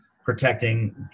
protecting